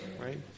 right